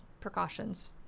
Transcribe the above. precautions